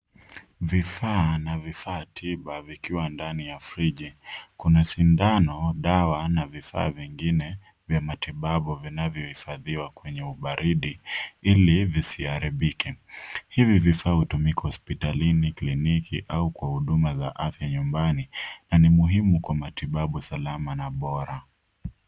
Vifaa na vifaa tiba vikiwa ndani ya friji. Kuna sindano, dawa na vifaa vingine vya matibabu vinavyohifadhiwa kwenye ubaridi ili visiharibike. Hivi vifaa hutumika hospitalini, kliniki au kwa huduma za afya nyumbani na ni muhimu kwa matibabu salama na bora.